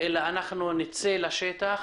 אלא נצא לשטח,